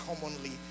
commonly